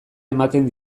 ematen